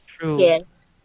Yes